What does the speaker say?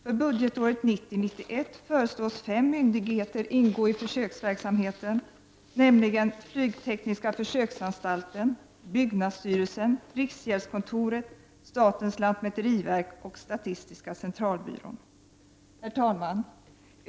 För budgetåret 1990/91 föreslås fem myndigheter ingå i försöksverksamheten, nämligen flygtekniska försöksanstalten, byggnadsstyrelsen, riksgäldskontoret, statens lantmäteriverk och statistiska centralbyrån. Herr talman!